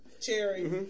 cherry